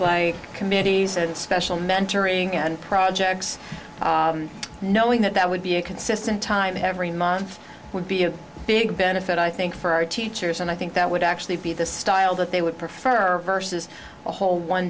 like committees and special mentoring and projects knowing that that would be a consistent time every month would be a big benefit i think for our teachers and i think that would actually be the style that they would prefer versus a whole one